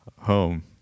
Home